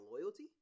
loyalty